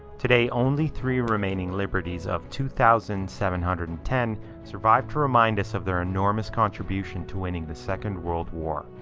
today only three remaining liberties of two thousand seven hundred and ten survived to remind us of their enormous contribution to winning the second world war.